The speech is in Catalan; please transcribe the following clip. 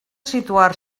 situar